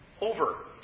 over